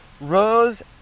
Rose